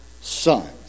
son